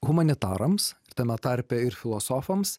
humanitarams tame tarpe ir filosofams